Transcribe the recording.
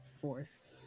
fourth